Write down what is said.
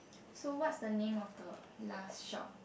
so what's the name of the last shop